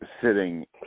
sitting